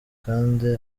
kandi